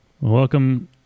Welcome